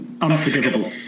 unforgivable